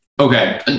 Okay